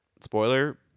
spoiler